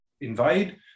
invade